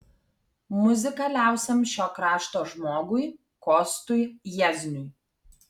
muzikaliausiam šio krašto žmogui kostui jiezniui